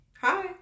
Hi